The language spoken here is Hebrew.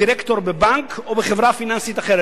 דירקטור בבנק או בחברה פיננסית אחרת,